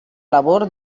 labor